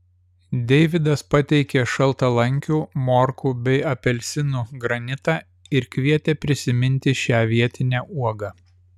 deivydas pateikė šaltalankių morkų bei apelsinų granitą ir kvietė prisiminti šią vietinę uogą